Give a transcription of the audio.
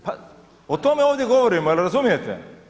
Pa o tome ovdje govorimo je li razumijete?